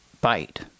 bite